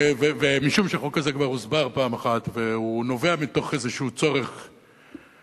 ומשום שהחוק הזה כבר הוסבר פעם אחת והוא נובע מתוך איזה צורך שאצלנו,